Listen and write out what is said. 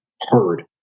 heard